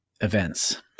events